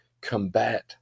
combat